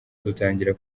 dutangira